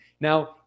Now